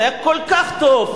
אם זה היה כל כך טוב,